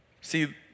See